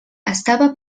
estava